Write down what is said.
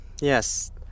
yes